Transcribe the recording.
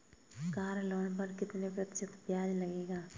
Car loan पर कितने प्रतिशत ब्याज लगेगा?